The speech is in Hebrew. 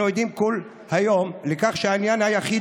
אנחנו עדים כל היום לכך שהעניין היחיד